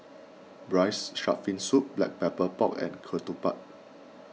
Braised Shark Fin Soup Black Pepper Pork and Ketupat